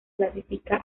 clasifica